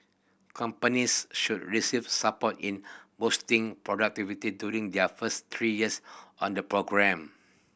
companies should receive support in boosting productivity during their first three years on the programme